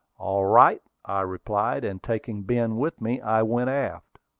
all right, i replied, and taking ben with me, i went aft.